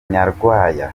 nyarwaya